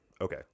okay